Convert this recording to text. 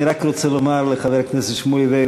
אני רק רוצה לומר לחבר הכנסת שמולי,